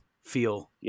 feel